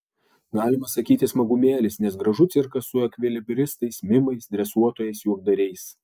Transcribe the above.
galima sakyti smagumėlis nes gražu cirkas su ekvilibristais mimais dresuotojais juokdariais